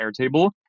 Airtable